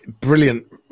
brilliant